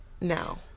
now